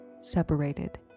separated